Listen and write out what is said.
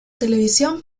televisión